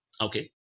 Okay